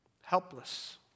Helpless